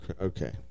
Okay